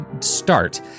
start